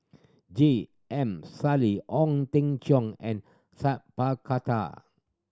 G M Sali Ong Teng Cheong and Sa Khattar